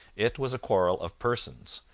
it was a quarrel of persons,